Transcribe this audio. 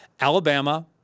Alabama